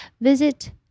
visit